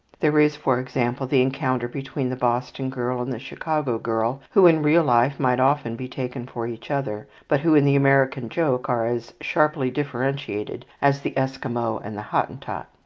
there is, for example, the encounter between the boston girl and the chicago girl, who, in real life, might often be taken for each other but who, in the american joke, are as sharply differentiated as the esquimo and the hottentot.